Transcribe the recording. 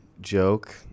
joke